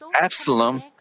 Absalom